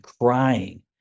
crying